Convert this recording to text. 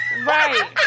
right